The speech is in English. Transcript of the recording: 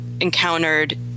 encountered